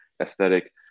aesthetic